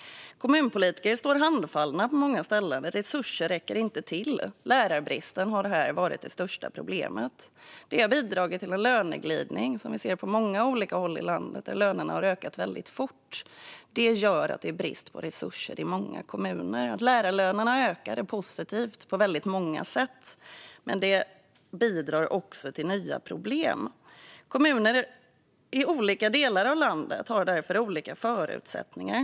Kommunpolitiker står handfallna på många ställen. Resurser räcker inte till. Lärarbristen har här varit det största problemet. Det har bidragit till en löneglidning som vi ser på många håll i landet. Lönerna har där ökat väldigt fort. Det gör att det är brist på resurser i många kommuner. Att lärarlönerna ökar är positivt på väldigt många sätt, men det bidrar också till nya problem. Kommuner i olika delar av landet har olika förutsättningar.